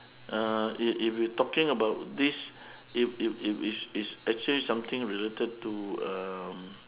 uh if if you talking about this if if if if it's actually something related to um